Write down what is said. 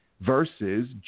versus